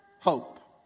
hope